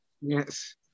yes